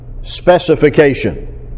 specification